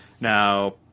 Now